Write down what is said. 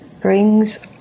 brings